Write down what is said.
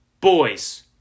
boys